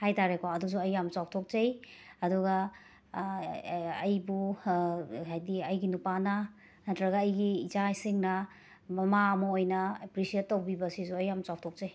ꯍꯥꯏꯇꯥꯔꯦꯀꯣ ꯑꯗꯨꯁꯨ ꯑꯩ ꯌꯥꯝꯅ ꯆꯥꯎꯊꯣꯛꯆꯩ ꯑꯗꯨꯒ ꯑꯩꯕꯨ ꯍꯥꯏꯗꯤ ꯑꯩꯒꯤ ꯅꯨꯄꯥꯅ ꯅꯠꯇ꯭ꯔꯒ ꯑꯩꯒꯤ ꯏꯆꯥꯁꯤꯡꯅ ꯃꯃꯥ ꯑꯃ ꯑꯣꯏꯅ ꯑꯦꯄ꯭ꯔꯤꯁꯤꯌꯦꯠ ꯇꯧꯕꯤꯕꯁꯤꯁꯨ ꯑꯩ ꯌꯥꯝꯅ ꯆꯥꯎꯊꯣꯛꯆꯩ